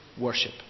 worship